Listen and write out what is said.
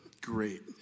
great